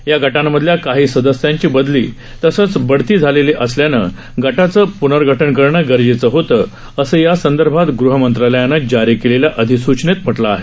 या गटांमधल्या काही सदस्यांची बदली तसेच बढती झालेली असल्यानं गटांचं प्नर्गठन करणं गरजेचं होतं असं या संदर्भात गृहमंत्रालयानं जारी केलेल्या अधिसूचनेत म्हटलं आहे